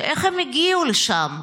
ואיך הם הגיעו לשם?